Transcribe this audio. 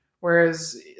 Whereas